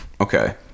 okay